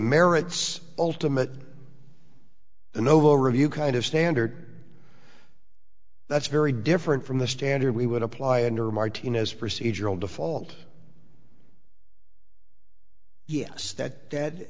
merits ultimate the novo review kind of standard that's very different from the standard we would apply under martnez procedural default yes that